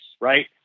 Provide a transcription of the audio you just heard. right